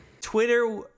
Twitter